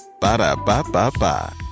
Ba-da-ba-ba-ba